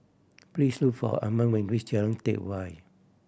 please look for Arman when you reach Jalan Teck Whye